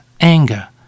anger